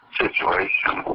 situation